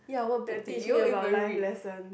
that teach me about life lessons